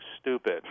stupid